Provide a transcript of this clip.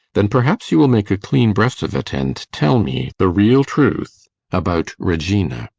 then perhaps you will make a clean breast of it, and tell me the real truth about regina?